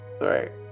right